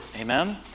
Amen